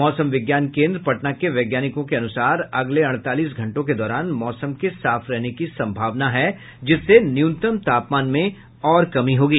मौसम विज्ञान केन्द्र पटना के वैज्ञानिकों के अनुसार अगले अड़तालीस घंटों के दौरान मौसम के साफ रहने की संभावना है जिससे न्यूनतम तापमान में और कमी होगी